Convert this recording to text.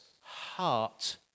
heart